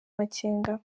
amakenga